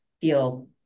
feel